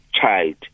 child